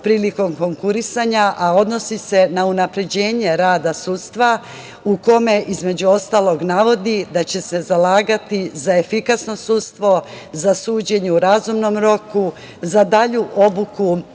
prilikom konkurisanja, a odnosi se na unapređenje rada sudstva u kome, između ostalog, navodi da će se zalagati za efikasno sudstvo, za suđenje u razumnom roku, za dalju obuku